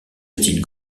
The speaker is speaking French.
style